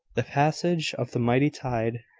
the passage of the mighty tide.